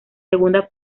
segunda